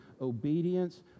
obedience